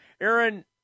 Aaron